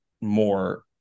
more